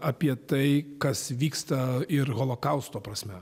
apie tai kas vyksta ir holokausto prasme